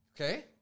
Okay